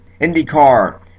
IndyCar